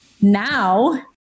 now